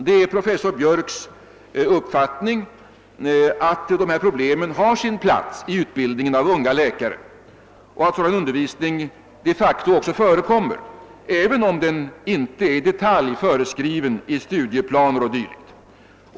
Det är pofessor Biörcks uppfattning att »dessa problem har sin plats i utbildningen av unga läkare» och att »sådan undervisning de facto förekommer, även om den icke är i detalj föreskriven i studieplaner o. dyl.».